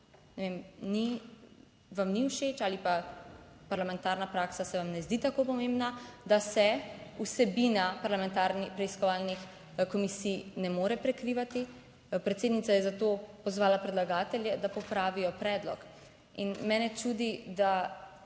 vam ni všeč ali pa parlamentarna praksa se vam ne zdi tako pomembna, da se vsebina parlamentarnih preiskovalnih komisij ne more prekrivati. Predsednica je zato pozvala predlagatelje, da popravijo predlog in mene čudi, da